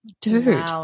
dude